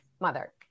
mother